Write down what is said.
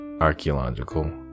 Archaeological